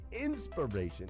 inspiration